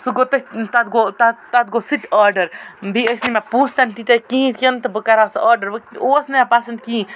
سُہ گوٚو تٔتھۍ تَتھ گوٚو تَتھ تَتھ گوٚو سُہ تہِ آرڈَر بیٚیہِ ٲسۍ نہٕ مےٚ پونٛسہٕ تِنہٕ تیٖتیٛاہ کِہیٖنۍ تہِ بہٕ کَرٕہہ سُہ آرڈَر وۄنۍ اوس نہٕ مےٚ پسنٛد کِہیٖنۍ